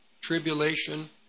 tribulation